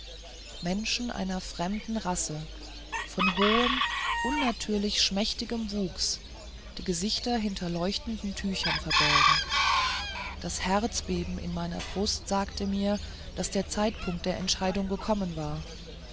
menschen einer fremden rasse von hohem unnatürlich schmächtigem wuchs die gesichter hinter leuchtenden tüchern verborgen das herzbeben in meiner brust sagte mir daß der zeitpunkt der entscheidung gekommen war